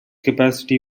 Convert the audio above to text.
capacity